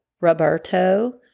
Roberto